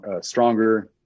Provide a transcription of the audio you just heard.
stronger